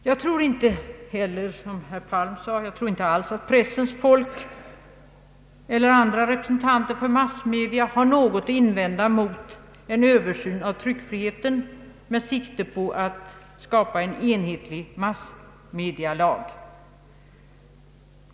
Jag tror inte heller, som herr Palm sade, att pressens folk eller andra representanter för massmedia har något att invända mot en översyn av tryckfriheten med sikte på att skapa en enhetlig massmedialag.